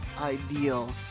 ideal